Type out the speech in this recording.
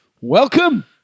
Welcome